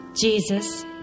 Jesus